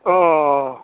अ